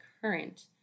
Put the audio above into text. current